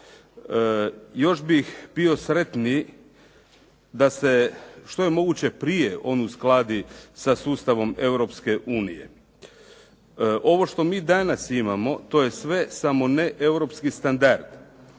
Još bih bio sretniji da se što je moguće prije on uskladi sa sustavom Europske unije. Ovo što mi danas imamo, to je sve, samo ne europski standard.